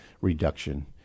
reduction